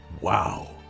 Wow